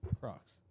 Crocs